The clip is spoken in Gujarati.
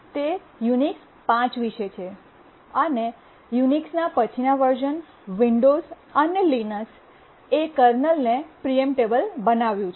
તે યુનિક્સ 5 વિશે છે અને યુનિક્સના પછીના વર્શ઼ન વિંડોઝ અને લિનક્સ એ કર્નલને પ્રીએમ્પટેબલ બનાવ્યું છે